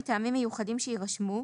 מטעמים מיוחדים שיירשמו,